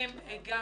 עומדים גם